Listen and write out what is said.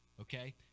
okay